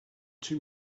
two